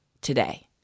today